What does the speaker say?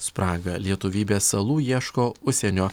spragą lietuvybės salų ieško užsienio